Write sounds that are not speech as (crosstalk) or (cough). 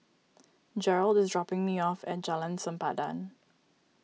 (noise) Gerald is dropping me off at Jalan Sempadan